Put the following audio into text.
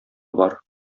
бар